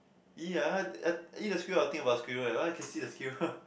!ee! I I eat the squirrel I will think about squirrel eh why I can see the squirrel